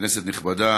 כנסת נכבדה,